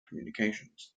communications